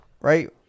right